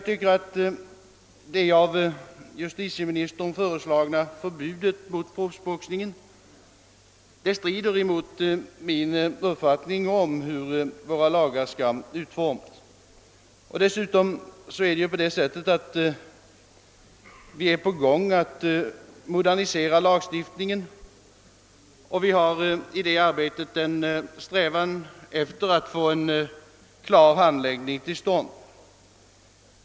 Det av justitieministern föreslagna förbudet mot professionell boxning strider mot min uppfattning om hur våra lagar skall utformas. Dessutom håller vi ju på att modernisera lagstiftningen, och vi har i det arbetet en strävan att åstadkomma en klar handläggning.